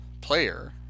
player